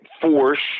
force